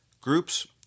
Groups